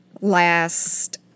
last